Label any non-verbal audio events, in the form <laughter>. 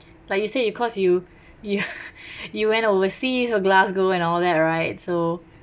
like you said you cause you you <laughs> you went overseas or glasgow and all that right so